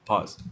Pause